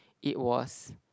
it was